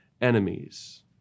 enemies